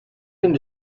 into